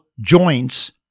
joints